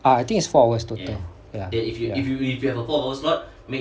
ah I think it's four hours total ya ya